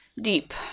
deep